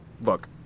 Look